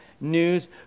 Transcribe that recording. News